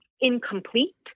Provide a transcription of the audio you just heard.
incomplete